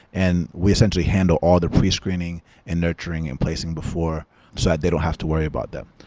and we essentially handle all their prescreening and nurturing and placing before so that they don't have to worry about that.